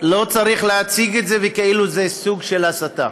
לא צריך להציג את זה כסוג של הסתה.